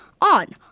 on